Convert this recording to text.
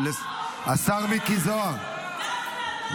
תודה.